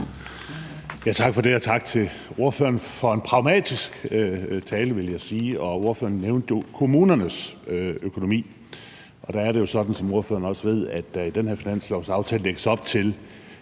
Tak for det, og tak til ordføreren for en pragmatisk tale, vil jeg sige. Ordføreren nævnte kommunernes økonomi, og der er det jo sådan, som ordføreren også ved, at der i den her finanslovsaftale lægges op til,